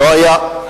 לא היה.